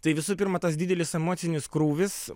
tai visų pirma tas didelis emocinis krūvis